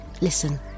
Listen